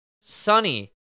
sunny